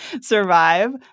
survive